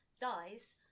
Dies